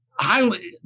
highly